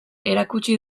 erakutsi